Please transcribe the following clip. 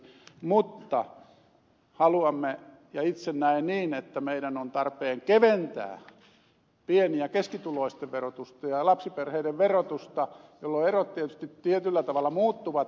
mutta haluamme ja itse näen niin että meidän on tarpeen keventää pieni ja keskituloisten verotusta ja lapsiperheiden verotusta jolloin erot tietysti tietyllä tavalla muuttuvat